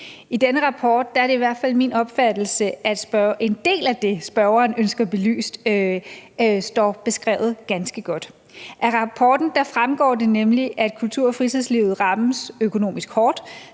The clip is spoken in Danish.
Det er i hvert fald min opfattelse, at en del af det, spørgeren ønsker belyst, står beskrevet ganske godt i denne rapport. Af rapporten fremgår det nemlig, at kultur- og fritidslivet rammes økonomisk hårdt